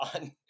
on